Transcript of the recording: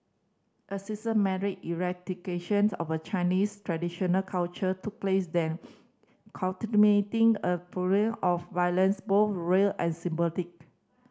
a systematic eradication of a Chinese traditional culture took place then culminating a of violence both real and symbolic